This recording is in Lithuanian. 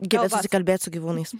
gebėt susikalbėt su gyvūnais